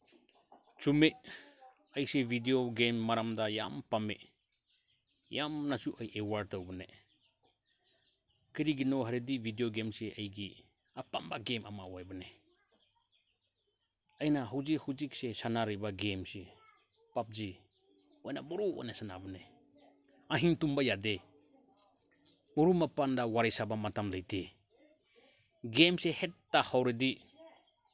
ꯆꯨꯝꯃꯤ ꯑꯩꯁꯤ video game ꯃꯔꯝꯗ ꯌꯥꯝ ꯄꯥꯝꯃꯤ ꯌꯥꯝꯅꯁꯨ ꯑꯩ ꯑꯦꯋꯥꯔ ꯇꯧꯕꯅꯦ ꯀꯔꯤꯒꯤꯅꯣ ꯍꯥꯏꯔꯗꯤ ꯚꯤꯗꯤꯑꯣ ꯒꯦꯝꯁꯤ ꯑꯩꯒꯤ ꯑꯄꯥꯝꯕ ꯒꯦꯝ ꯑꯃ ꯑꯣꯏꯕꯅꯦ ꯑꯩꯅ ꯍꯧꯖꯤꯛ ꯍꯧꯖꯤꯛꯁꯦ ꯁꯥꯟꯅꯔꯤꯕ ꯒꯦꯝꯁꯤ ꯄꯞꯖꯤ ꯑꯣꯏꯅ ꯃꯔꯨ ꯑꯣꯏꯅ ꯁꯥꯟꯅꯕꯅꯦ ꯑꯍꯤꯡ ꯇꯨꯝꯕ ꯌꯥꯗꯦ ꯃꯔꯨꯞ ꯃꯄꯥꯡꯒ ꯋꯥꯔꯤ ꯁꯥꯅ ꯃꯇꯝ ꯂꯩꯇꯦ ꯒꯦꯝꯁꯦ ꯍꯦꯛꯇ ꯍꯧꯔꯗꯤ